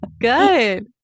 good